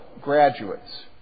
graduates